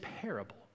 parable